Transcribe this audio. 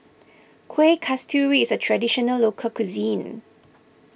Kuih Kasturi is a Traditional Local Cuisine